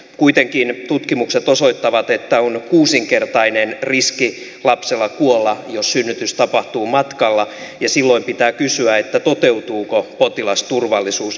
kuitenkin tutkimukset osoittavat että on kuusinkertainen riski lapsella kuolla jos synnytys tapahtuu matkalla ja silloin pitää kysyä toteutuuko potilasturvallisuus